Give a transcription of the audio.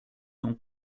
donc